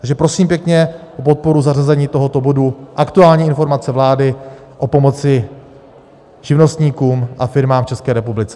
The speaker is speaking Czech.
Takže prosím pěkně o podporu zařazení tohoto bodu Aktuální informace vlády o pomoci živnostníkům a firmám v České republice.